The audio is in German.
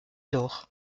doch